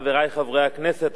חברי חברי הכנסת,